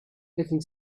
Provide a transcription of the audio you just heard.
looking